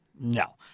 No